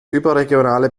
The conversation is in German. überregionale